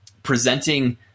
presenting